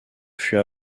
fut